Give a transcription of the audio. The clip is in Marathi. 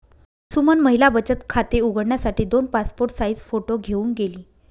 सुमन महिला बचत खाते उघडण्यासाठी दोन पासपोर्ट साइज फोटो घेऊन गेली